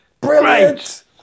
brilliant